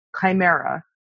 Chimera